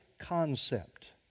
concept